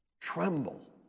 tremble